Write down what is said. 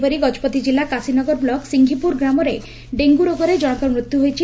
ସେହିପରି ଗଜପତି ଜିଲ୍ଲା କାଶୀନଗର ବ୍ଲକ ସିଂଘିପୁର ଗ୍ରାମରେ ଡେଙ୍ଗୁରୋଗରେ ଜଶଙ୍କର ମୃତ୍ଧୁ ହୋଇଛି